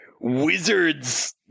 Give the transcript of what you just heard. wizard's